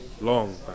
long